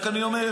רק אני אומר,